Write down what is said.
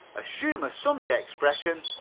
assume a sunday expression,